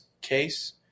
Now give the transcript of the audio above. case